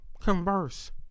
Converse